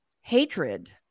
hatred